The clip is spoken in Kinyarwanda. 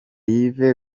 yves